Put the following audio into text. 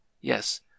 Yes